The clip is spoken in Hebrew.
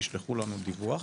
שתשלחו לנו דיווח.